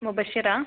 Mubashira